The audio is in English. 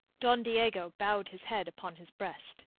don diego bowed his head upon his breast,